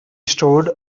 stored